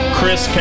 Chris